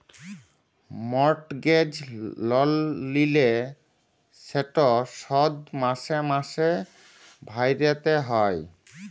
mortgage লল লিলে সেট শধ মাসে মাসে ভ্যইরতে হ্যয়